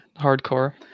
hardcore